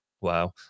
Wow